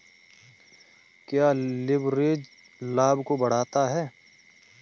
क्या लिवरेज लाभ को बढ़ाता है?